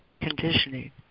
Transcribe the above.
conditioning